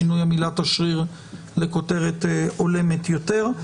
שינוי המילה "תשריר" לכותרת הולמת יותר.